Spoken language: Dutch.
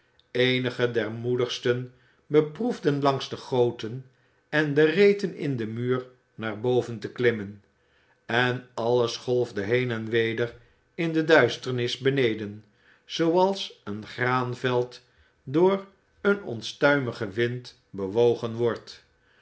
eenigen der moedigsten beproefden langs de goten en de reten in de muren naar boven te klimmen en alles golfde heen en weder in de duisternis beneden zooals een graanveld door een ontstuimigen wind bewogen wordt